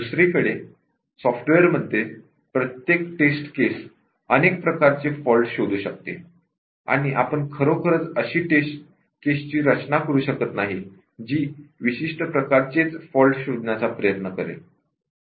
दुसरीकडे सॉफ्टवेअरमध्ये प्रत्येक टेस्ट केस अनेक प्रकारचे फॉल्ट शोधू शकते आणि आपण खरोखरच अशा टेस्ट केस ची रचना करू शकत नाही जी विशिष्ट प्रकारचेच फॉल्ट शोधण्याचा प्रयत्न करेल